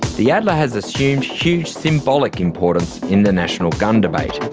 the adler has assumed huge symbolic importance in the national gun debate.